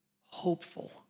hopeful